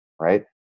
right